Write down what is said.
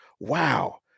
Wow